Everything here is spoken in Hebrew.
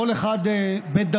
כל אחד בדרכו,